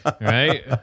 right